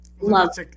love